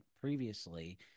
previously